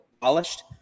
polished